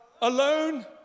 Alone